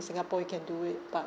singapore you can do it but